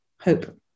hope